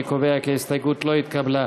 אני קובע כי ההסתייגות לא התקבלה.